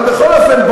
אבל בכל אופן,